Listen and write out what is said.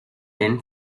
then